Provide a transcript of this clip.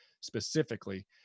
specifically